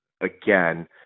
again